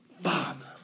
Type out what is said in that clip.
father